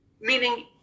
meaning